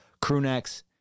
crewnecks